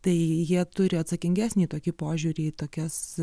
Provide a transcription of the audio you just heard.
tai jie turi atsakingesnį tokį požiūrį į tokias